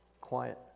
quiet